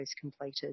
completed